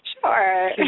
Sure